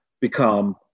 become